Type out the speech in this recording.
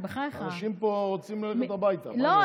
אנשים פה רוצים ללכת הביתה, מה אני אעשה?